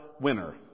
winner